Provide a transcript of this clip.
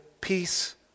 peace